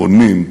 בונים,